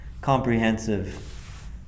comprehensive